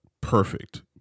Perfect